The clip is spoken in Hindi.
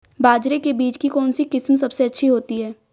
बाजरे के बीज की कौनसी किस्म सबसे अच्छी होती है?